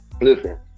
Listen